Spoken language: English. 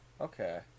Okay